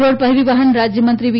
road પરીવહન રાજયમંત્રી વી